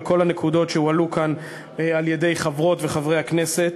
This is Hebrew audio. כל הנקודות שהועלו כאן על-ידי חברות וחברי הכנסת.